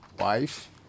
wife